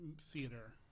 Theater